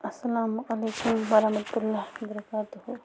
اَسلامُ علیکُم وَرحمتُہ اللہ وَبَرکاتُہ